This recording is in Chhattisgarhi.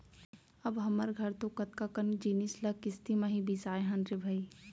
अब हमर घर तो कतका कन जिनिस ल किस्ती म ही बिसाए हन रे भई